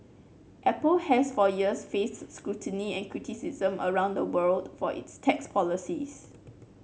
apple has for years faced scrutiny and criticism around the world for its tax policies